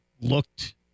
looked